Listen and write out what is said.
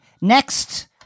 Next